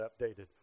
updated